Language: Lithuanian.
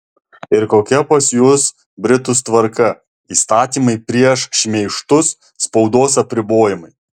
ir kokia pas jus britus tvarka įstatymai prieš šmeižtus spaudos apribojimai